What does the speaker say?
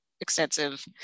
extensive